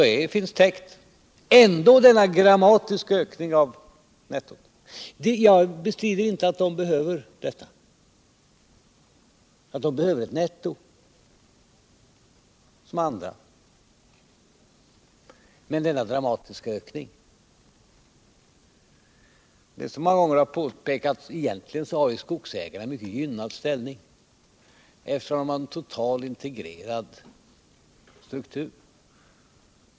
Men ändå har vi alltså denna dramatiska ökning av nettot. Jag bestrider inte att skogsägarna liksom andra behöver ett netto, men jag ifrågasätter denna dramatiska ökning. Som så många gånger har påpekats har skogsägarna egentligen en mycket gynnad ställning, eftersom branschen har en totalt integrerad struktur.